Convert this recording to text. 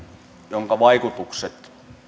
jonka vaikutukset